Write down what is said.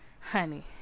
honey